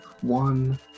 one